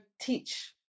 teach